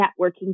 networking